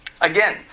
Again